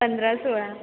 पंधरा सोळा